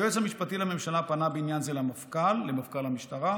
היועץ המשפטי לממשלה פנה בעניין זה למפכ"ל המשטרה,